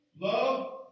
love